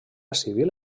civil